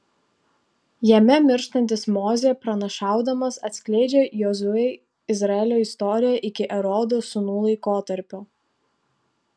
jame mirštantis mozė pranašaudamas atskleidžia jozuei izraelio istoriją iki erodo sūnų laikotarpio